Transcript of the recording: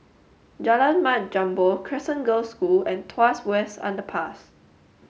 Jalan Mat Jambol Crescent Girls' School and Tuas West Underpass